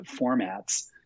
formats